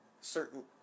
Certain